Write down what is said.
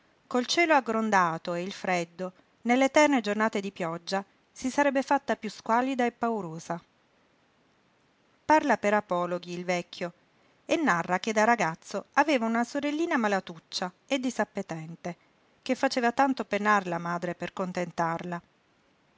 col cielo aggrondato e il freddo nell'eterne giornate di pioggia si sarebbe fatta piú squallida e paurosa parla per apologhi il vecchio e narra che da ragazzo aveva una sorellina malatuccia e disappetente che faceva tanto penar la madre per contentarla